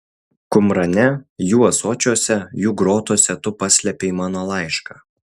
kumrane jų ąsočiuose jų grotose tu paslėpei mano laišką